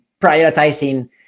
prioritizing